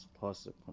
possible